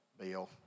Bill